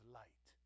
light